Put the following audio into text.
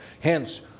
Hence